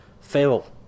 fail